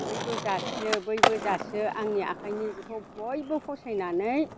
बैबो जासियो बैबो जासियो आंनि आखाइनि जिखौ बयबो फसायनानै